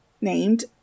named